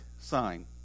sign